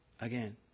again